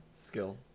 Skill